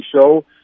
show